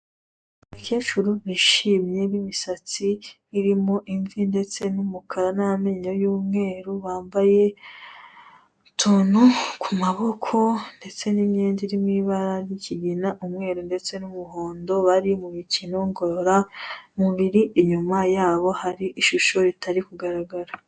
Umukecuru wishimye, n'imisatsi irimo imvi ndetse n'umukara n'amanyo y'umweru, wambaye utuntu ku maboko ndetse n'imyenda irimo ibara ry'ikigina, umweru ndetse n'umuhondo, bari mu mikino ngororamubiri inyuma yabo hari ishusho itari kugaragara.